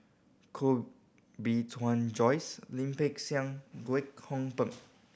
Koh Bee Tuan Joyce Lim Peng Siang Kwek Hong Png